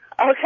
Okay